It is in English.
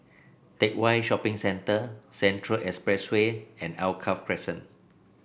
Teck Whye Shopping Centre Central Expressway and Alkaff Crescent